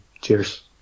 Cheers